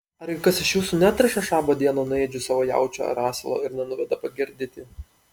argi kas iš jūsų neatriša šabo dieną nuo ėdžių savo jaučio ar asilo ir nenuveda pagirdyti